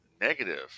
negative